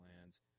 plans